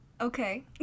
Okay